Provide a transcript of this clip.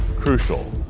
crucial